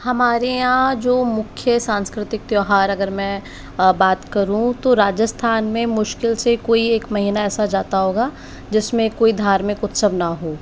हमारे यहाँ जो मुख्य सांस्कृतिक त्यौहार अगर मैं बात करूँ तो राजस्थान में मुश्किल से कोई एक महीना ऐसा जाता होगा जिसमें कोई धार्मिक उत्सव ना हो